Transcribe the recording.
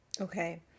Okay